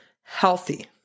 healthy